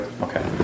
Okay